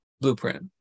blueprint